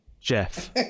Jeff